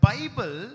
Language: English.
Bible